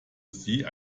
sie